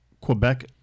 Quebec